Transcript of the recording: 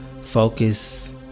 focus